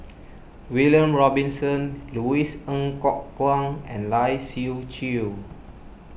William Robinson Louis Ng Kok Kwang and Lai Siu Chiu